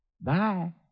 Bye